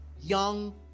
Young